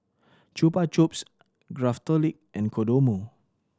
Chupa Chups Craftholic and Kodomo